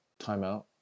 timeout